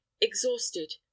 exhausted